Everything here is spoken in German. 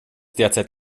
derzeit